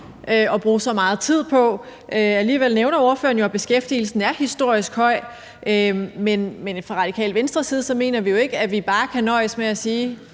at bruge så meget tid på. Alligevel nævner ordføreren jo, at beskæftigelsen er historisk høj. Men fra Radikale Venstres side mener vi jo ikke, at vi bare kan nøjes med at sige,